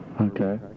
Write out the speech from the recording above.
Okay